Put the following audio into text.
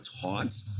taught